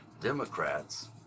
Democrats